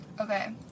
Okay